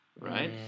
right